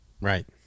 Right